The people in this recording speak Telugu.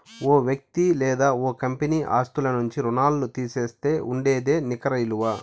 ఓ వ్యక్తి లేదా ఓ కంపెనీ ఆస్తుల నుంచి రుణాల్లు తీసేస్తే ఉండేదే నికర ఇలువ